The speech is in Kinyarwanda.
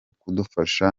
kudufasha